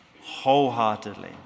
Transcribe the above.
wholeheartedly